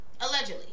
allegedly